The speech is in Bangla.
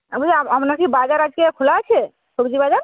আমি আপনার কি বাজার আজকে খোলা আছে সবজি বাজার